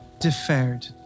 deferred